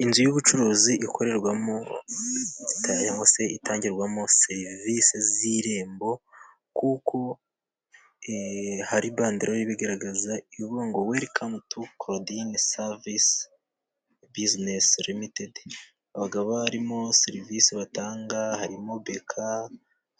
Iinzu y'ubucuruzi ikorerwamo cyangwa se itangirwamo serivisi z'irembo, kuko hari banderore ibigaragaza ivuga ngo weli kamu tu Claudine savice buzinesi limitedi, abagabo barimo, serivisi batanga harimo beka,